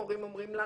ההורים אומרים לנו,